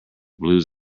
blues